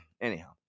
Anyhow